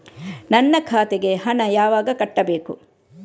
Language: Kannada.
ನನ್ನ ಖಾತೆಗೆ ಹಣ ಯಾವಾಗ ಕಟ್ಟಬೇಕು?